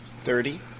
Thirty